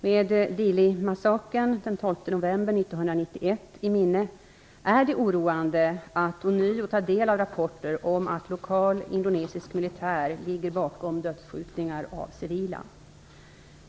Med Dilimassakern den 12 november 1991 i minne är det oroande att ånyo ta del av rapporter om att lokal indonesisk militär ligger bakom dödsskjutningar av civila.